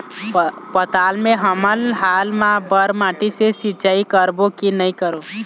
पताल मे हमन हाल मा बर माटी से सिचाई करबो की नई करों?